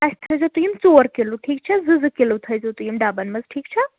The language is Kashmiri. اَسہِ تھٲے زیو تُہۍ یِم ژور کِلوٗ ٹھیٖک چھا زٕ زٕ کِلوٗ تھٲے زیو تُہۍ یِم ڈَبَن منٛز ٹھیٖک چھا